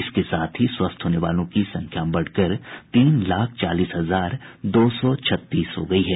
इसके साथ ही स्वस्थ होने वालों की संख्या बढ़कर कर तीन लाख चालीस हजार दो सौ छत्तीस हो गयी है